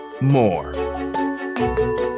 more